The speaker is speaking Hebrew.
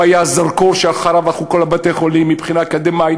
הוא היה הזרקור שאחריו הלכו כל בתי-החולים מבחינה אקדמית,